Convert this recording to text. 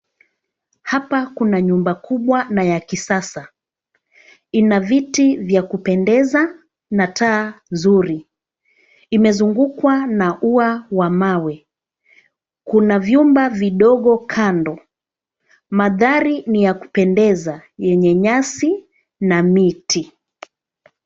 Hapa kuna nyumba kubwa na ya kisasa, ina viti vya kupendeza na taa zuri. Imezungukwa na ua wa mawe. Kuna vyumba vidogo kando. Mandhari ni ya kupendeza yenye nyasi na miti.